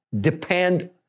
depend